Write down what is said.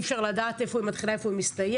אפשר לדעת איפה היא מתחילה ואיפה היא מסתיימת.